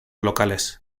locales